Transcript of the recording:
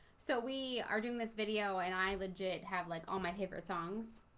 so we are doing this video and i legit have like all my favorite songs.